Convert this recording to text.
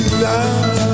love